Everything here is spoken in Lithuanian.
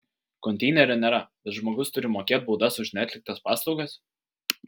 konteinerio nėra bet žmogus turi mokėt baudas už neatliktas paslaugas